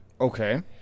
okay